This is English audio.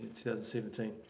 2017